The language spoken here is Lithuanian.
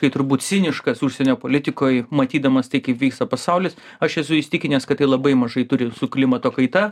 tai turbūt ciniškas užsienio politikoj matydamas tai kaip vyksta pasaulis aš esu įsitikinęs kad tai labai mažai turi su klimato kaita